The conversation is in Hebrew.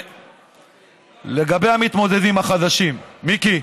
לגבי המתמודדים החדשים, מיקי,